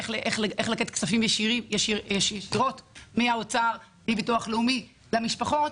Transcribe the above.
איך לתת כסף ישירות ממשרד האוצר ומן הביטוח הלאומי למשפחות,